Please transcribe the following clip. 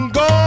go